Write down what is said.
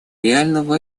реального